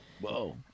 whoa